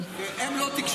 הם לא תקשורת,